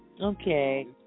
Okay